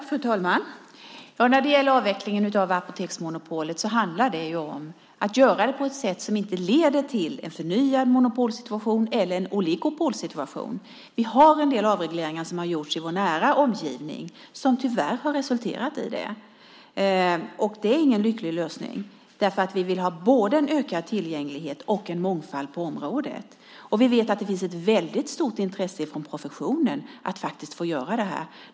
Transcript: Fru talman! Avvecklingen av apoteksmonopolet måste göras på ett sätt som inte leder till en förnyad monopolsituation eller en oligopolsituation. Vi har en del avregleringar som har gjorts i vår nära omgivning och tyvärr har resulterat i det. Det är ingen lycklig lösning. Vi vill ha både ökad tillgänglighet och mångfald på området. Vi vet att det finns ett väldigt stort intresse från professionen av att få göra det här.